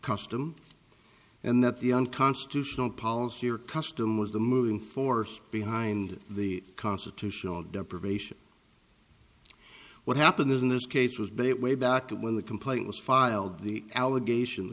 custom and that the unconstitutional policy or custom was the moving force behind the constitutional deprivation what happened in this case was but it way back when the complaint was filed the allegation